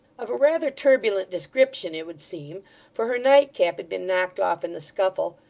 of a rather turbulent description, it would seem for her nightcap had been knocked off in the scuffle,